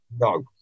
no